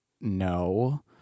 No